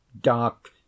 dark